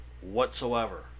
whatsoever